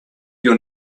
your